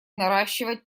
наращивать